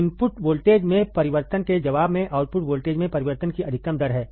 input voltage में परिवर्तन के जवाब में आउटपुट वोल्टेज में परिवर्तन की अधिकतम दर है